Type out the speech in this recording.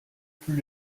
plus